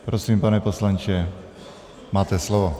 Prosím, pane poslanče, máte slovo.